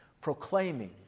Proclaiming